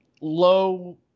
low